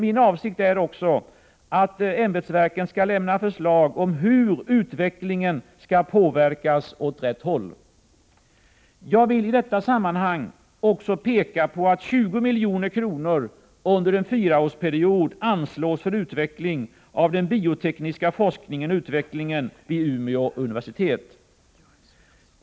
Min avsikt är också att ämbetsverken skall lämna förslag om hur utvecklingen skall påverkas åt rätt håll. Jag vill i detta sammanhang också peka på att 20 milj.kr. under en fyraårsperiod anslås för utveckling av den biotekniska forskningen och utbildningen vid Umeå universitet.